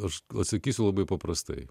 aš pasakysiu labai paprastai